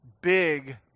Big